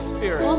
Spirit